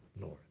Lord